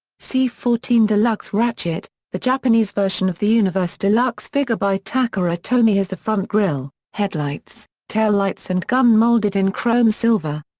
c fourteen deluxe ratchet the japanese version of the universe deluxe figure by takara tomy has the front grille, headlights, taillights and gun molded in chrome silver.